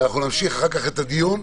ונמשיך את הדיון,